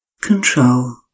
control